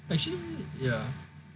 actually ya